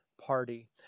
party